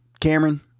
Cameron